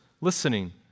listening